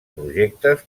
projectes